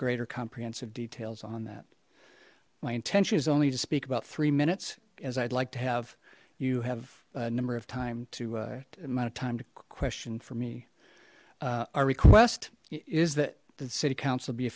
greater comprehensive details on that my intention is only to speak about three minutes as i'd like to have you have a number of time to mount of time to question for me our request is that the city council be